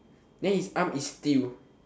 then his arm is steel